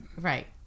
right